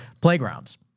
playgrounds